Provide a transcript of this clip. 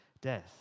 death